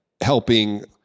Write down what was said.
helping